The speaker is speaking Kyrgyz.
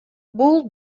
бул